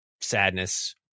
sadness